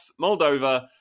Moldova